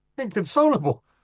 inconsolable